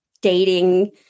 dating